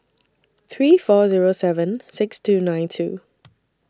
three four Zero seven six two nine two